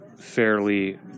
fairly